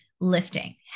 lifting